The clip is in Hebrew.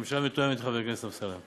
הממשלה מתואמת עם חבר הכנסת אמסלם.